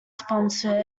sponsor